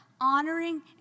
honoring